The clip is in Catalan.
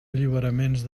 alliberaments